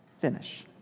Finish